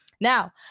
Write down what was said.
now